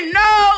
no